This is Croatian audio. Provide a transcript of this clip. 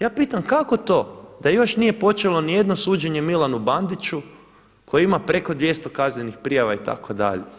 Ja pitam kako to da još nije počelo ni jedno suđenje Milanu Bandiću koji ima preko 200 kaznenih prijava itd.